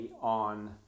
on